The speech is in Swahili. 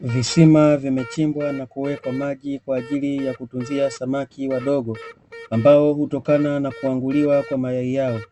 Visima vimechimbwa na kuwekwa maji kwa ajili ya kutunzia samaki wadogo ambao hutokana na kuanguliwa kwa mayai yao.